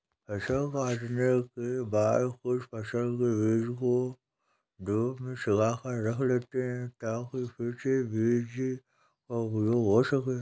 फसल काटने के बाद कुछ फसल के बीजों को धूप में सुखाकर रख लेते हैं ताकि फिर से बीज का उपयोग हो सकें